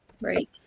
Right